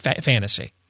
fantasy